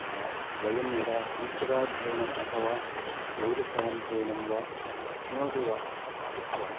वयं यदा संस्कृताध्ययनम् अथवा ज्यौतिषाध्ययनं वा किमपि वा कृत्वा